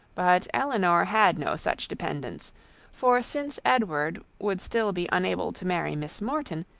but elinor had no such dependence for since edward would still be unable to marry miss morton,